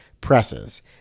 presses